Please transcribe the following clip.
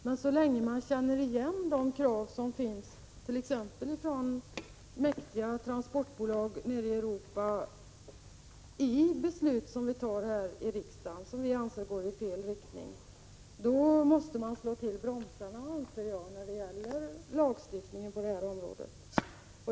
Men så länge man känner igen de krav som finns, t.ex. från mäktiga transportbolag i Europa, i beslut som vi fattar här i riksdagen och som vi tycker går i fel riktning, anser jag att man måste slå till bromsarna för lagstiftningen på detta område.